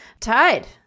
tied